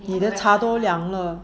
你的茶都凉了